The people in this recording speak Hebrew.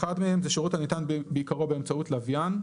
אחד מהם זה שירות הניתן בעיקרו באמצעות לווין,